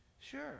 Sure